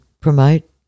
promote